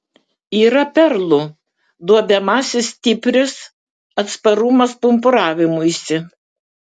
yra perlų duobiamasis stipris atsparumas pumpuravimuisi